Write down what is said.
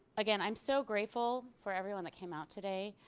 again i'm so grateful for everyone that came out today.